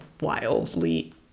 wildly